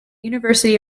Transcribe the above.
university